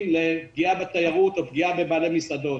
לעומת פגיעה בתיירות או פגיעה בבעלי מסעדות.